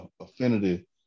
affinity